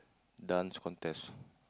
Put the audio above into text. Dance Contest